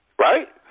Right